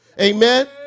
Amen